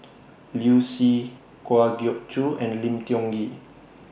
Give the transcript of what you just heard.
Liu Si Kwa Geok Choo and Lim Tiong Ghee